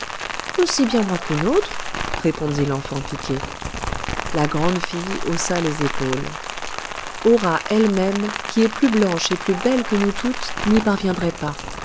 aussi bien moi qu'une autre répondit l'enfant piquée la grande fille haussa les épaules hora elle-même qui est plus blanche et plus belle que nous toutes n'y parviendrait pas